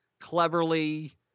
Cleverly